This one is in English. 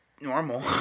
normal